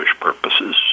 purposes